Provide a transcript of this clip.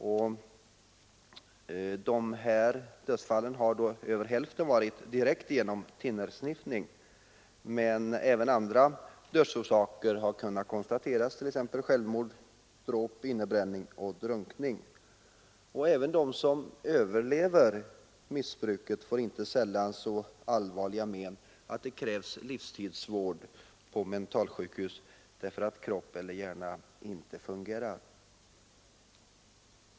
Över hälften av dessa dödsfall har orsakats direkt av thinnersniffning. Men man har också kunnat konstatera andra dödsorsaker, exempelvis självmord, dråp, innebränning och drunkning. De som överlever missbruket får inte sällan så allvarliga men att det krävs livstidsvård på mentalsjukhus därför att kroppen och hjärnan inte fungerar.